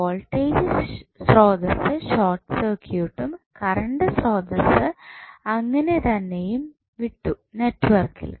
voltage സ്രോതസ്സ് short സർക്യൂട്ടും current സ്രോതസ്സ് അങ്ങനെ തന്നെയും വിട്ടു നെറ്റ്വർക്കിൽ